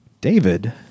David